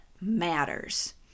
matters